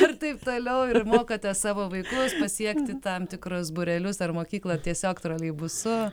ar taip toliau ir mokate savo vaikus pasiekti tam tikrus būrelius ar mokyklą tiesiog troleibusu